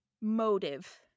motive